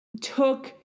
took